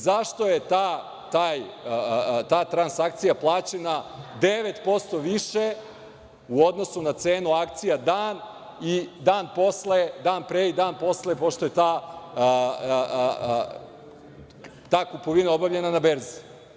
Zašto je ta transakcija plaćena 9% više u odnosu na cenu akcija dan pre i dan posle, pošto je ta kupovina obavljena na berzi?